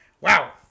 wow